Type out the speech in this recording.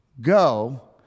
go